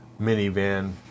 minivan